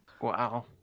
Wow